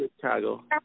Chicago